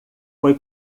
foi